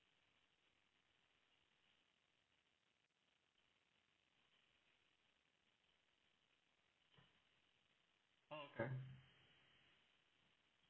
oh okay